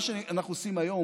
מה שאנחנו עושים היום,